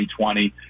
2020